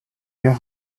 your